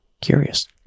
curious